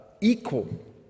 equal